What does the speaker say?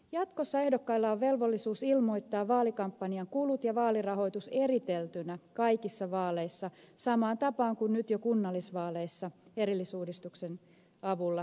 jatkossa ehdokkailla on velvollisuus ilmoittaa vaalikampanjan kulut ja vaalirahoitus eriteltynä kaikissa vaaleissa samaan tapaan kuin nyt jo kunnallisvaaleissa erillisuudistuksen avulla toimittiin